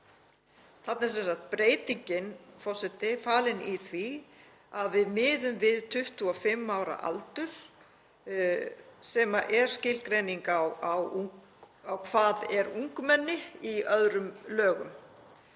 Þarna er breytingin falin í því að við miðum við 25 ára aldur sem er skilgreining á hvað er ungmenni í öðrum lögum.